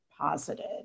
posited